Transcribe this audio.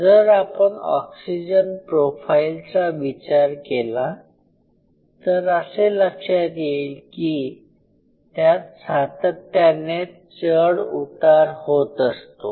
जर आपण oxygen profile चा विचार केला तर असे लक्षात येईल की त्यात सातत्याने चढउतार होत असतो